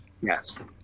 yes